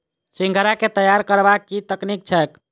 सिंघाड़ा केँ तैयार करबाक की तकनीक छैक?